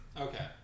Okay